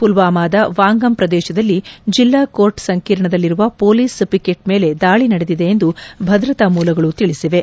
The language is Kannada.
ಮಲ್ನಾಮಾದ ವಾಂಗಮ್ ಪ್ರದೇಶದಲ್ಲಿ ಜಿಲ್ಲಾ ಕೋರ್ಟ್ ಸಂಕೀರ್ಣದಲ್ಲಿರುವ ಪೊಲೀಸ್ ಪಿಕೆಟ್ ಮೇಲೆ ದಾಳಿ ನಡೆದಿದೆ ಎಂದು ಭದ್ರತಾ ಮೂಲಗಳು ತಿಳಿಸಿವೆ